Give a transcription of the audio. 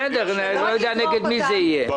גם אם האוצר לא יבכה ויהיה מרוצה,